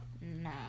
No